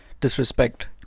disrespect